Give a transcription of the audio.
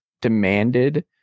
demanded